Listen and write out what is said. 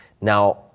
Now